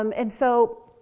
um and so,